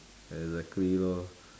exactly lor